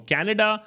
Canada